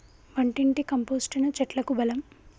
వంటింటి కంపోస్టును చెట్లకు బలం